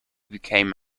became